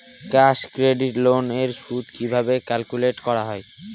Cash credit loan এর সুদ কিভাবে ক্যালকুলেট করা হয়?